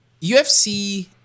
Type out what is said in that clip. UFC